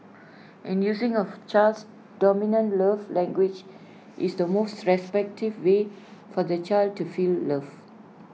and using of child's dominant love language is the most effective way for the child to feel loved